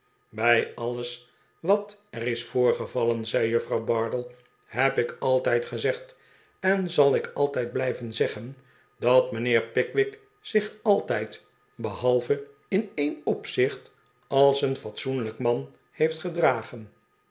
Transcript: bij alles wat er is voorgevallen zei juffrouw bardell heb ik altijd gezegd en zal ik altijd blijven zeggen dat mijnheer pickwick zich altijd behalve in een opzicht als een fatsoenlijk man heeft gedragen